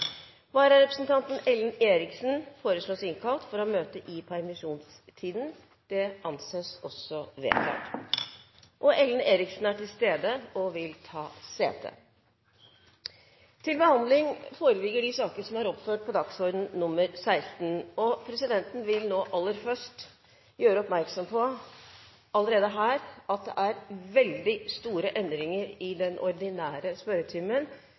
Vararepresentanten, Ellen Eriksen, innkalles for å møte i permisjonstiden. Ellen Eriksen er til stede og vil ta sete. Presidenten vil aller først gjøre oppmerksom på allerede her at det er veldig store endringer i den ordinære spørretimen,